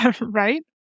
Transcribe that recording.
Right